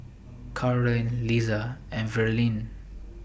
Carleen Liza and Verlyn